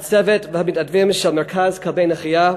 הצוות והמתנדבים של מרכז כלבי נחייה,